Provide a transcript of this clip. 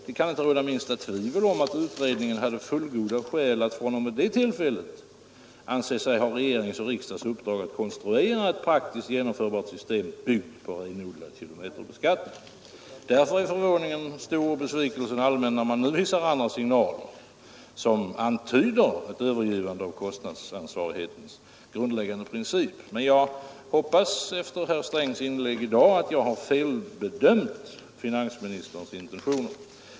Det kan inte råda minsta tvivel om att utredningen hade fullgoda skäl att fr.o.m. det tillfället anse sig ha regeringens och riksdagens uppdrag att konstruera ett praktiskt genomförbart system, byggt på renodlad kilometerbeskattning. Därför är förvåningen stor och besvikelsen allmän när man nu hissar andra signaler, som antyder ett övergivande av kostnadsansvarigheten som grundläggande princip. Men jag hoppas efter herr Strängs inlägg i dag att jag har felbedömt finansministerns intentioner.